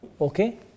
Okay